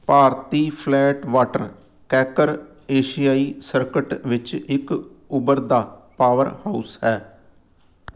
ਭਾਰਤੀ flat water kayaker ਏਸ਼ੀਆਈ circuit ਵਿੱਚ ਇੱਕ ਉੱਭਰਦਾ ਪਾਵਰਹਾਊਸ ਹੈ